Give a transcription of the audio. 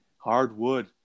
Hardwood